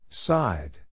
Side